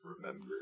remember